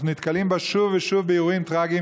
אנחנו נתקלים בה שוב ושוב באירועים טרגיים